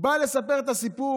היא באה לספר את הסיפור,